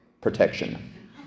protection